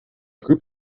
group